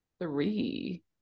three